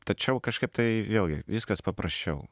tačiau kažkaip tai vėlgi viskas paprasčiau